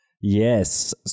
Yes